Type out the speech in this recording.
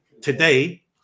today